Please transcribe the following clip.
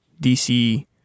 DC